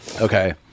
Okay